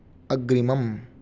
अग्रिमम्